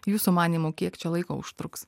jūsų manymu kiek čia laiko užtruks